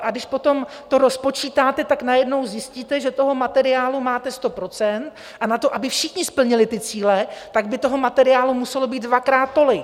A když to potom rozpočítáte, najednou zjistíte, že toho materiálu máte 100 %, a na to, aby všichni splnili ty cíle, tak by toho materiálu muselo být dvakrát tolik.